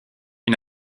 une